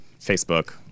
Facebook